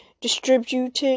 Distribute